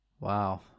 Wow